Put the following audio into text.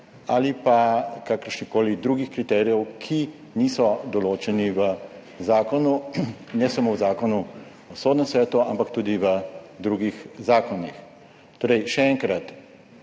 ali kakršnihkoli drugih kriterijev, ki niso določeni v zakonu. Ne samo v Zakonu o sodnem svetu, ampak tudi v drugih zakonih. Še enkrat,